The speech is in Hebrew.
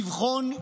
לבחון,